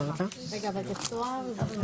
אצל האירופאים זו המלצה.